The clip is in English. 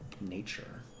nature